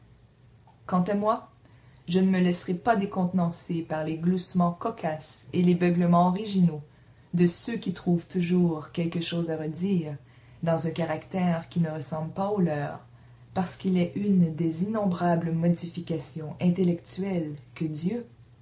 quant à moi je ne me laisserai pas décontenancer par les gloussements cocasses et les beuglements originaux de ceux qui trouvent toujours quelque chose à redire dans un caractère qui ne ressemble pas au leur parce qu'il est une des innombrables modifications intellectuelles que dieu